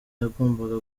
yagombaga